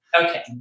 Okay